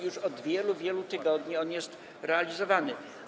Już od wielu, wielu tygodni plan ten jest realizowany.